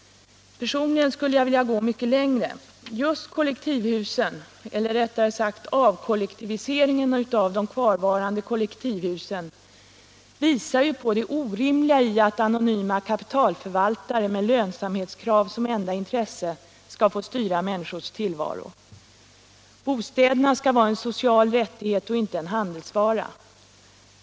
Personligen skulle jag vilja gå mycket längre. Just kollektivhusen — eller, rättare sagt, avkollektiviseringen av de kvarvarande kollektivhusen —- visar på det orimliga i att anonyma kapitalförvaltare med lönsamhetskrav som enda intresse skall få styra människors tillvaro. Bostäderna skall vara en social rättighet och inte en handelsvara.